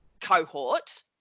cohort